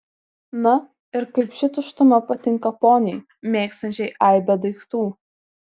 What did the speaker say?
na ir kaip ši tuštuma patinka poniai mėgstančiai aibę daiktų